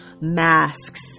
masks